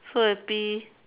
so happy